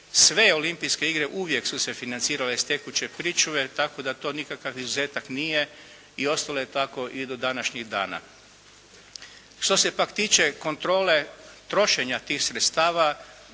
sve Olimpijske igre uvijek su se financirale iz tekuće pričuve tako da to nikakav izuzetak nije i ostalo je tako i do današnjih dana. Što se pak tiče kontrole trošenja tih sredstava,